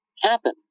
happen